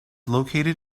located